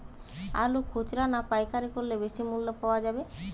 আলু খুচরা না পাইকারি করলে বেশি মূল্য পাওয়া যাবে?